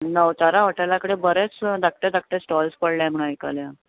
नवतारा हाॅटेला कडेन बरेच धाकटे धाकटे स्टाॅल्स पडल्यात म्हण आयकल्यात